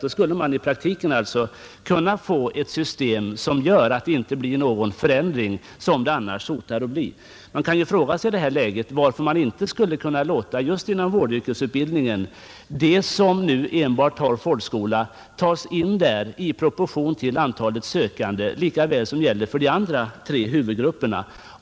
Då skulle man i praktiken kunna få ett system, som gör att det inte blir någon förändring som det annars hotar att bli. Man kan ju i detta läge fråga sig varför man inte just inom vårdyrkesutbildningen skulle kunna låta dem som nu enbart har folkskola tas in i proportion till antalet sökande på samma sätt som gäller för de andra tre huvudgrupperna.